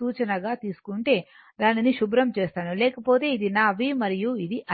సూచన గా తీసుకుంటే దానిని శుభ్రం చేస్తాను లేకపోతే ఇది నా v మరియు ఇది i